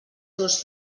teus